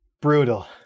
brutal